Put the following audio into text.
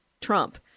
Trump